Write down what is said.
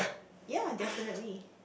ya definitely